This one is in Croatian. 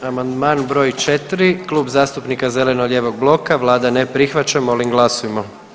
Amandman br. 4 Klub zastupnika zeleno-lijevog bloka, Vlada ne prihvaća, molim glasujmo.